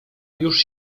już